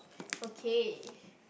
okay